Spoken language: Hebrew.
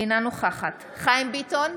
אינה נוכחת חיים ביטון,